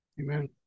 amen